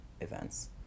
events